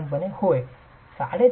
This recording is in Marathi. साधारणपणे होय 3